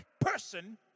person